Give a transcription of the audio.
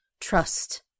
trust